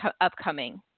upcoming